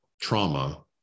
trauma